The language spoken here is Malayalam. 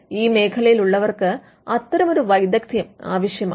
ഈ മേഖലയിൽ ഉള്ളവർക്ക് അത്തരമൊരു വൈദഗ്ദ്യം ആവശ്യമാണ്